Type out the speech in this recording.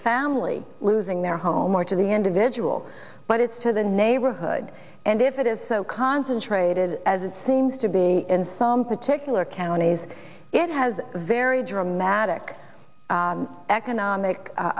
family losing their home or to the individual but it's to the neighborhood and if it is so concentrated as it seems to be in some particular counties it has a very dramatic economic